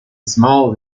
small